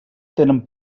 tenen